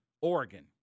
Oregon